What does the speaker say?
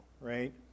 right